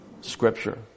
scripture